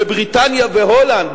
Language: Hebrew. בבריטניה והולנד,